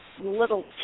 little